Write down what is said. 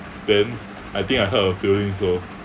then I think I hurt her feelings so